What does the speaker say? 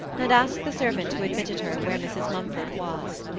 and asked the servant who admitted her where mrs. mumford was.